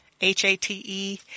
H-A-T-E